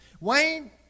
Wayne